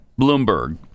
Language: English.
Bloomberg